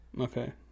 okay